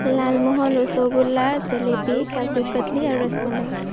লালমোহন ৰসগোল্লা জিলাপী কাজু কাটলি আৰু ৰস মলাই